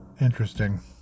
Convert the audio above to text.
interesting